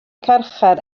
carchar